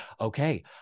Okay